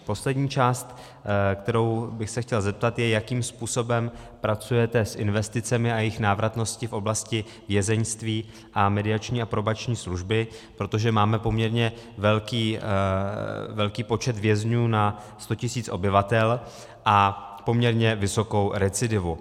Poslední věc, na kterou bych se chtěl zeptat, je, jakým způsobem pracujete s investicemi a jejich návratností v oblasti vězeňství a Mediační a probační služby, protože máme poměrně velký počet vězňů na 100 tisíc obyvatel a poměrně vysokou recidivu.